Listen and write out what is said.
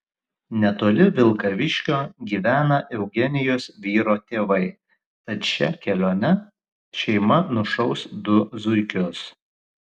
netoli vilkaviškio gyvena eugenijos vyro tėvai tad šia kelione šeima nušaus du zuikius